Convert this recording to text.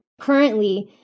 currently